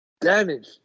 Damage